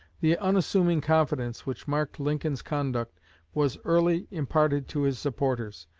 the unassuming confidence which marked lincoln's conduct was early imparted to his supporters,